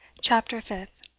chapter fifth.